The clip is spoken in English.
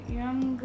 young